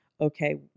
okay